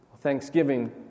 thanksgiving